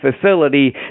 facility